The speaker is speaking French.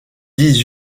dix